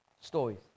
stories